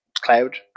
Cloud